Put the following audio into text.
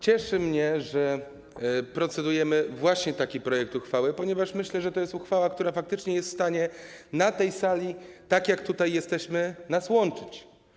Cieszy mnie, że procedujemy właśnie nad takim projektem uchwały, ponieważ myślę, że to jest uchwała, która faktycznie jest w stanie na tej sali, tak jak tutaj jesteśmy, nas łączyć.